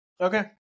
Okay